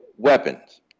weapons